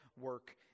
work